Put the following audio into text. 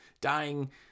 dying